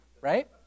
right